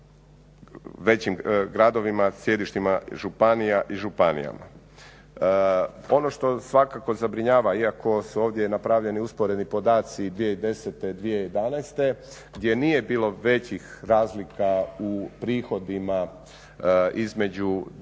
većim gradovima, sjedištima županija i županijama. Ono što svakako zabrinjava iako su ovdje napravljeni usporedni podaci 2010./2011. gdje nije bilo većih razlika u prihodima između